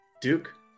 Duke